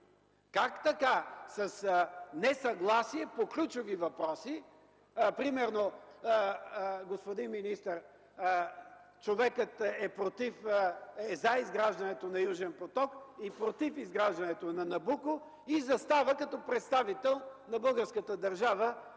Как така с несъгласие по ключови въпроси, примерно, господин министър, човекът е „за” изграждането на Южен поток и „против” изграждането на Набуко и застава като представител на българската държава